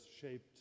shaped